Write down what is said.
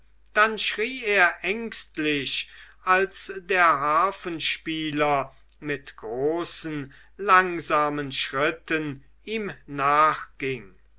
dann schrie er ängstlich als der harfenspieler mit großen langsamen schritten ihm nachging